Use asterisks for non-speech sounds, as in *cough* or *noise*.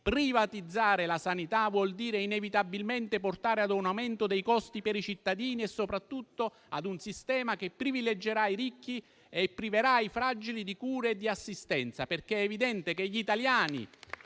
privatizzare la sanità vuol dire inevitabilmente portare a un aumento dei costi per i cittadini e soprattutto a un sistema che privilegerà i ricchi e priverà i fragili di cure e di assistenza. *applause* È evidente che gli italiani,